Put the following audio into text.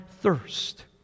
thirst